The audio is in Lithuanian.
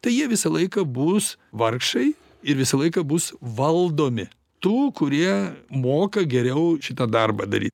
tai jie visą laiką bus vargšai ir visą laiką bus valdomi tų kurie moka geriau šitą darbą daryt